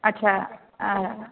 अच्छा आ